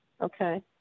Okay